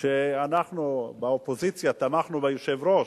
שאנחנו באופוזיציה תמכנו בו, והיושב-ראש,